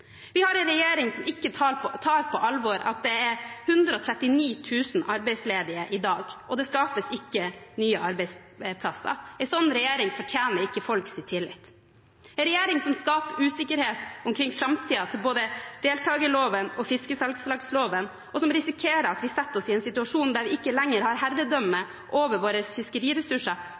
Vi har en regjering som ikke tar på alvor at det er 139 000 arbeidsledige i dag, og det skapes ikke nye arbeidsplasser. En slik regjering fortjener ikke folks tillit. En regjering som skaper usikkerhet omkring framtiden til både deltakerloven og fiskesalgslagsloven, og som gjør at vi risikerer at vi setter oss i en situasjon der vi ikke lenger har herredømme over fiskeriressursene våre,